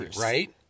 right